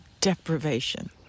deprivation